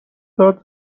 داد